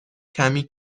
کمی